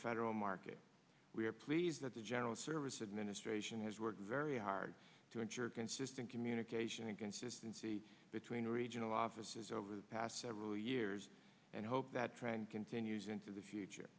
federal market we are pleased that the general services administration has worked very hard to ensure consistent communication and consistency between regional offices over the past several years and hope that trend continues into the future